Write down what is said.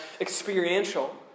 experiential